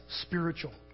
spiritual